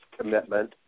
commitment